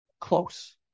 close